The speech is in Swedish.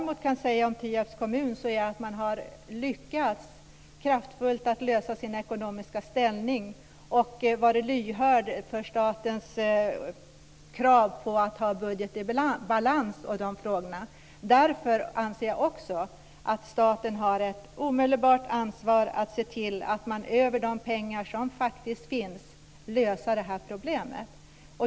Men Tierps kommun har lyckats att skapa en kraftfull lösning för den ekonomiska ställningen, och kommunen har varit lyhörd för statens krav på en budget i balans. Därför anser jag att staten har ett omedelbart ansvar att se till att utöver de pengar som faktiskt finns lösa problemet.